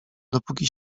dopóki